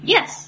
Yes